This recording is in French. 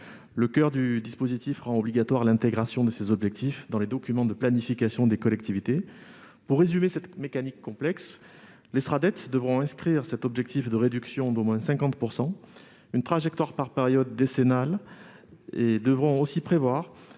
Le coeur du dispositif rend obligatoire l'intégration de ces objectifs dans les documents de planification des collectivités. Pour résumer cette mécanique complexe, les Sraddet devront inscrire cet objectif de réduction d'au moins 50 % du rythme d'artificialisation, ainsi qu'une